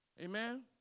Amen